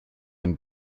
and